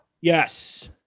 Yes